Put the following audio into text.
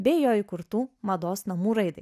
bei jo įkurtų mados namų raidai